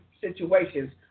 situations